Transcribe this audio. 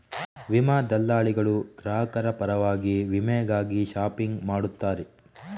ವಿಮಾ ದಲ್ಲಾಳಿಗಳು ಗ್ರಾಹಕರ ಪರವಾಗಿ ವಿಮೆಗಾಗಿ ಶಾಪಿಂಗ್ ಮಾಡುತ್ತಾರೆ